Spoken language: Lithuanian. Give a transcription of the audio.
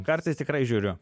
kartais tikrai žiūriu